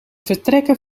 vertrekken